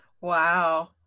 Wow